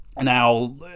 Now